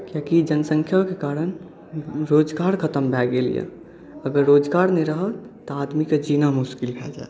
कियाकि जनसँख्याके कारण रोजगार खतम भए गेल यए अगर रोजगार नहि रहल तऽ आदमीके जीना मुश्किल भए जायत